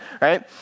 right